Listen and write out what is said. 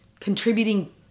Contributing